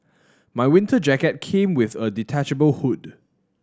my winter jacket came with a detachable hood